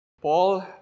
Paul